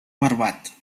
barbat